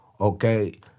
Okay